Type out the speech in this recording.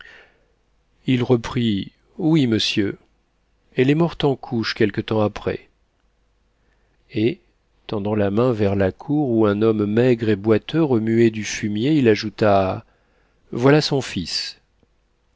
il reprit oui monsieur elle est morte en couches quelque temps après et tendant la main vers la cour où un homme maigre et boiteux remuait du fumier il ajouta voilà son fils